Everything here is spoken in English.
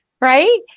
right